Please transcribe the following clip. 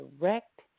direct